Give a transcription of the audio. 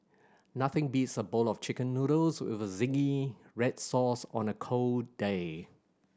nothing beats a bowl of Chicken Noodles with zingy red sauce on a cold day